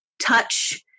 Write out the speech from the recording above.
touch